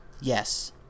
Yes